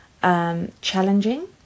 Challenging